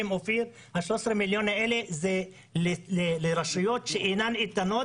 ה-13 מיליון שדיבר עליהם אופיר זה לרשויות שאינן איתנות,